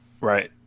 Right